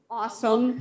awesome